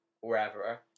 wherever